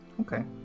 okay